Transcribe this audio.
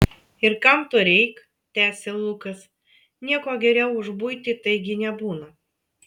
ir kam to reik tęsė lukas nieko geriau už buitį taigi nebūna